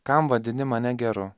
kam vadini mane geru